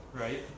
right